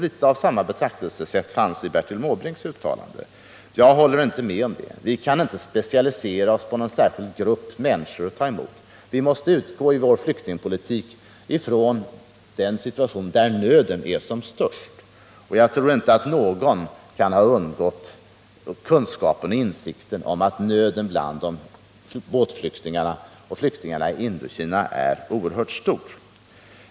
Litet av samma betraktelsesätt fanns i Bertil Måbrinks uttalande. Jag håller inte med om detta. Vi kan inte specialisera oss på att ta emot någon särskild sorts människor. Vi måste i vår flyktingpolitik utgå ifrån att hjälpa där nöden är som störst. Jag tror inte att någon kan ha undgått kunskapen och insikten om att nöden bland båtflyktingarna och flyktingarna i Indokina är oerhört stor.